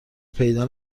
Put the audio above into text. پیدا